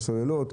הסוללות,